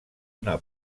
una